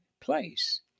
place